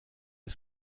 est